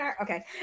Okay